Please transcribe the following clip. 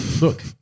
look